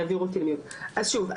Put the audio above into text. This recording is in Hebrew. אז שוב,